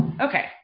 Okay